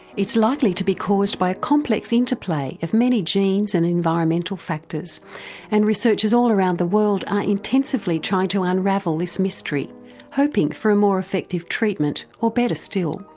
it's likely to be caused by a complex interplay of many genes and environmental factors and researchers all around the world are intensively trying to unravel this mystery hoping for a more effective treatmen or, better still,